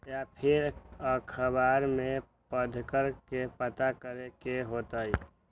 या फिर अखबार में पढ़कर के पता करे के होई?